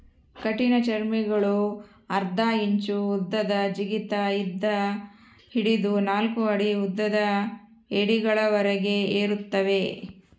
ಕಠಿಣಚರ್ಮಿಗುಳು ಅರ್ಧ ಇಂಚು ಉದ್ದದ ಜಿಗಿತ ಇಂದ ಹಿಡಿದು ನಾಲ್ಕು ಅಡಿ ಉದ್ದದ ಏಡಿಗಳವರೆಗೆ ಇರುತ್ತವೆ